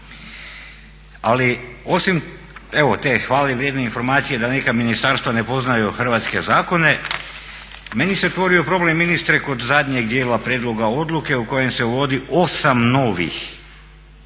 Ali osim te hvalevrijedne informacije da neka ministarstva ne poznaju hrvatske zakone, meni se otvorio problem ministre kod zadnjeg dijela prijedloga odluke u kojem se uvodi 8 novih